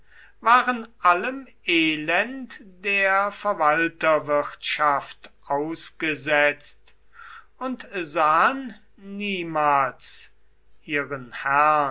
waren allem elend der verwalterwirtschaft ausgesetzt und sahen niemals ihren